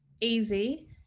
easy